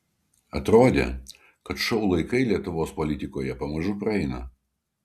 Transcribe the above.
atrodė kad šou laikai lietuvos politikoje pamažu praeina